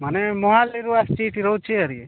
ମାନେ ମହାଲଲିରୁ ଆସିଚି ଏଠି ରହୁଚି ଆରି